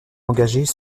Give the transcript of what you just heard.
engagées